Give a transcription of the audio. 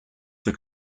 the